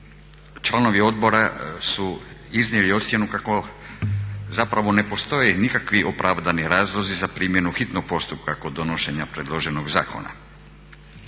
članovi odbora su iznijeli ocjenu kako zapravo ne postoje nikakvi opravdani razlozi za primjenu hitnog postupka kod donošenja predloženog zakona.